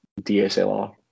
DSLR